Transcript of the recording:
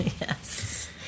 Yes